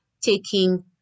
taking